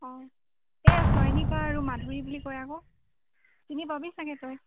অ এই চয়নিকা আৰু মাধুৰি বুলি কয় আকৌ চিনি পাবি চাগৈ তই